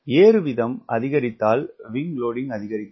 ஏறு வீதம் அதிகரித்தால் விங்க் லோடிங்க் அதிகரிக்கும்